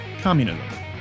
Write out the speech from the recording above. Communism